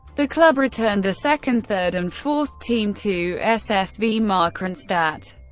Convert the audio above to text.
the club returned the second, third and fourth team to ssv markranstadt.